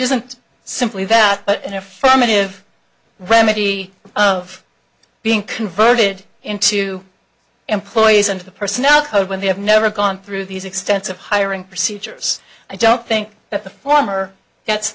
isn't simply that an affirmative remedy of being converted into employees into the personnel code when they have never gone through these extensive hiring procedures i don't think that the former